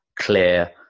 clear